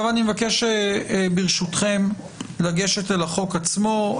אני מבקש, ברשותכם, לגשת אל החוק עצמו.